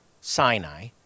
Sinai